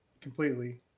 completely